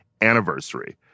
anniversary